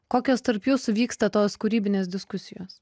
kokios tarp jūsų vyksta tos kūrybinės diskusijos